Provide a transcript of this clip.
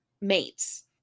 mates